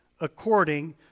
according